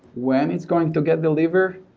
when it's going to get deliver,